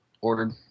ordered